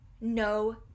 no